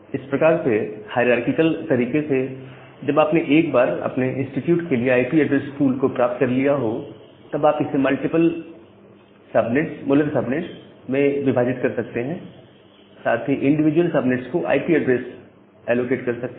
इस प्रकार से हायरारकीकल तरीके से जब आपने एक बार अपने इंस्टिट्यूट के लिए आईपी ऐड्रेस पूल को प्राप्त कर लिया हो तब आप इसे मल्टीपल मौलर सबनेट्स में विभाजित कर सकते हैं और साथ ही इंडिविजुअल सबनेट्स को आईपी ऐड्रेसेस एलोकेट कर सकते हैं